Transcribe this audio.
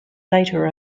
later